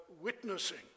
witnessing